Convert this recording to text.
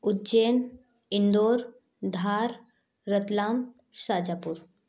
Ujjain Indore Dhar Ratlam Shahjahanpur